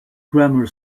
grammar